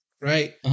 right